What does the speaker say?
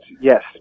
Yes